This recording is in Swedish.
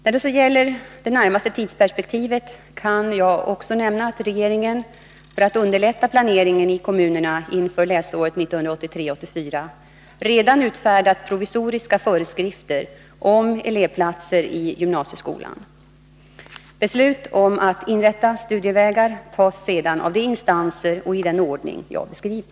När det gäller det närmaste tidsperspektivet kan jag också nämna att regeringen — för att underlätta planeringen i kommunerna inför läsåret 1983/84 — redan utfärdat provisoriska föreskrifter om elevplatser i gymnasieskolan. Beslut om att inrätta studievägar tas sedan av de instanser och i den ordning jag beskrivit.